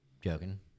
joking